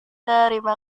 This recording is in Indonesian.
terima